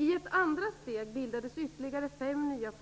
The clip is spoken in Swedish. I ett andra steg bildades ytterligare fem nya